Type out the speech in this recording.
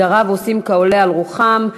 התושבים עושים כעולה על רוחם,